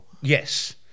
Yes